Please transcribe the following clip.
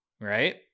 Right